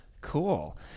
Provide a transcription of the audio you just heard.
Cool